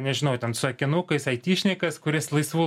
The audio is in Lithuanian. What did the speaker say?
nežinau ten su akinukais aitišnikas kuris laisvu